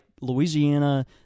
Louisiana